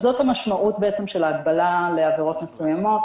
זו המשמעות של ההגבלה לעבירות מסוימות.